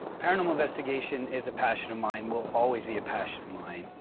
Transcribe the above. paranormal investigation is a passion of mine, will always be a passion of mine.